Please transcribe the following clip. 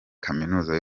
kaminuza